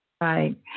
Right